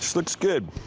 looks good.